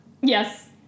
yes